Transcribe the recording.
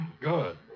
Good